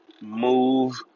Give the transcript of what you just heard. move